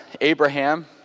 Abraham